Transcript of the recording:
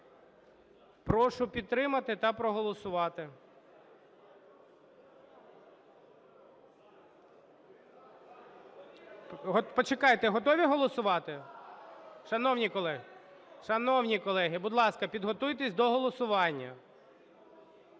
Прошу підтримати та проголосувати. Почекайте. Готові голосувати? Шановні колеги… Шановні колеги, будь ласка, підготуйтесь до голосування.